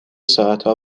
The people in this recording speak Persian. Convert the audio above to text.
ساعتها